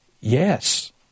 Yes